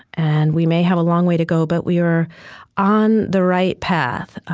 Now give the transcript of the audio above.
and we may have a long way to go, but we are on the right path,